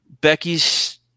Becky's